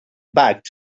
back